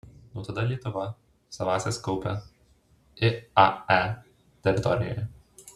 nuo tada lietuva savąsias kaupia iae teritorijoje